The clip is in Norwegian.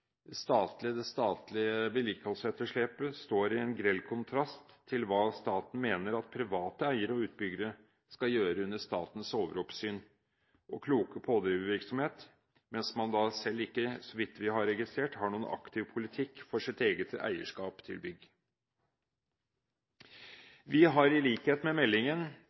statlige vedlikeholdsetterslepet står i grell kontrast til hva staten mener at private eiere og utbyggere skal gjøre under statens overoppsyn og «kloke» pådrivervirksomhet, mens man da selv ikke, så vidt vi har registrert, har noen aktiv politikk for sitt eget eierskap til bygg. Mitt parti har i likhet med meldingen